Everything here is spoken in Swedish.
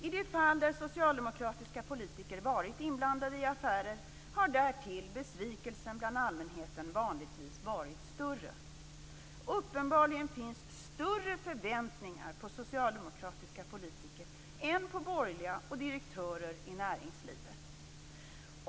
I de fall där socialdemokratiska politiker varit inblandade i affärer har därtill besvikelsen bland allmänheten vanligtvis varit större. Uppenbarligen finns större förväntningar på socialdemokratiska politiker än på borgerliga och på direktörer i näringslivet.